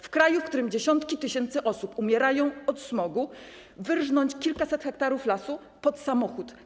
W kraju, w którym dziesiątki tysięcy osób umierają z powodu smogu, wyrżnąć kilkaset hektarów lasu pod samochód.